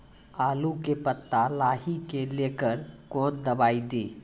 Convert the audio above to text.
आलू के पत्ता लाही के लेकर कौन दवाई दी?